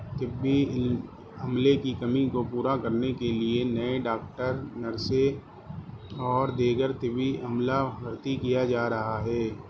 طبی عملے کی کمی کو پورا کرنے کے لیے نئے ڈاکٹر نرسیں اور دیگر طبی عملہ بھرتی کیا جا رہا ہے